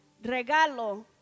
regalo